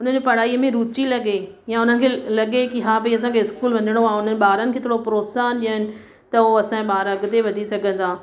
हुन जो पढ़ाईअ में रूची लॻे या हुननि खे लॻे की हा भाई असांखे स्कूल वञिणो आहे हुन ॿारनि खे थोरो प्रोत्साहनि ॾियनि त उहो असांजे ॿार अॻिते वधी सघंदा